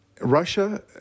Russia